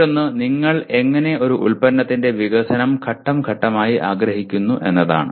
മറ്റൊന്ന് നിങ്ങൾ എങ്ങനെ ഒരു ഉൽപ്പന്നത്തിന്റെ വികസനം ഘട്ടംഘട്ടമായി ആഗ്രഹിക്കുന്നു എന്നതാണ്